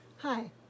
Hi